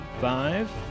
five